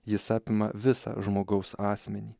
jis apima visą žmogaus asmenį